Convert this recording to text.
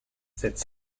cette